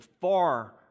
far